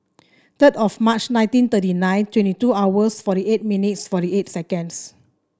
third of March nineteen thirty nine twenty two hours forty eight minutes forty eight seconds